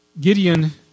Gideon